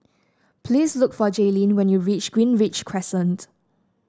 please look for Jaylyn when you reach Greenridge Crescent